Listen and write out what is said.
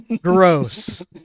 gross